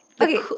Okay